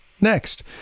Next